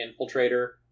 infiltrator